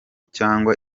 cyangwa